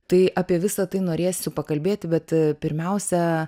tai apie visa tai norėsiu pakalbėti bet pirmiausia